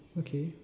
okay